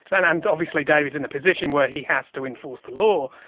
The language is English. and and obviously david's in the position where he has to enforce the law,